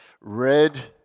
red